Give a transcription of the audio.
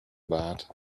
bad